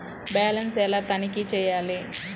Balance ఎలా తనిఖీ చేయాలి?